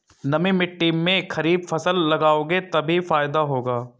नमी मिट्टी में खरीफ फसल लगाओगे तभी फायदा होगा